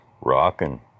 rocking